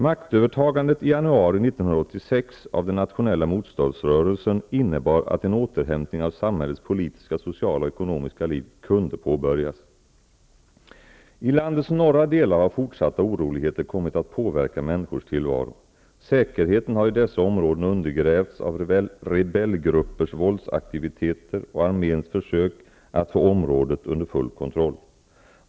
Maktövertagandet i januari 1986 av den nationella motståndsrörelsen innebar att en återhämtning av samhällets politiska, sociala och ekonomiska liv kunde påbörjas. I landets norra delar har fortsatta oroligheter kommit att påverka människors tillvaro. Säkerheten har i dessa områden undergrävts av rebellgruppers våldsaktiviteter och arméns försök att få området under full kontroll.